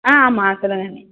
ஆ ஆமாம் சொல்லுங்கள் நீ